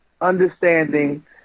understanding